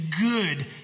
good